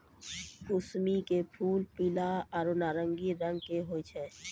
कुसमी के फूल पीला आरो नारंगी रंग के होय छै